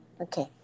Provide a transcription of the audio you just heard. Okay